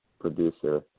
producer